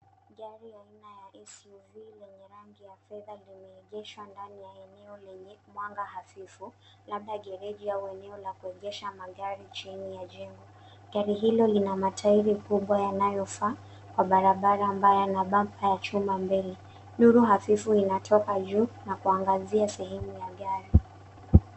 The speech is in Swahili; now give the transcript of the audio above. Gari aina ya suv yenye rangi ya fedha limeegeshwa ndani ya eneo lenye mwanga hafifu labda gereji au eneo la kuegesha magari chini ya jengo gari hilo lina matiri kubwa yanyofaa kwa barabara ambayo yanabumper ya chuma mbele nuru hafifu inatoka juu na kuangazia sehemu ya gari.